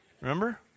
Remember